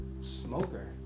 smoker